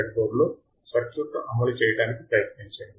బ్రెడ్బోర్డ్లో సర్క్యూట్ను అమలు చేయడానికి ప్రయత్నించండి